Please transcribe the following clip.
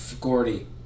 Gordy